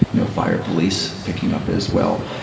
you know fire police picking up as well.